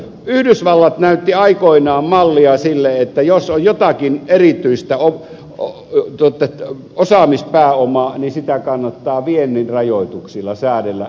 yhdysvallat näytti aikoinaan mallia sille että jos on jotakin erityistä osaamispääomaa sitä kannattaa viennin rajoituksilla säädellä omaksi hyväksi